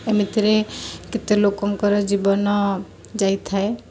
ଏମିତିରେ କେତେ ଲୋକଙ୍କର ଜୀବନ ଯାଇଥାଏ